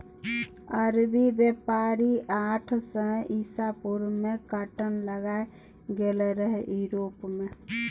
अरबी बेपारी आठ सय इसा पूर्व मे काँटन लए गेलै रहय युरोप मे